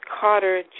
Carter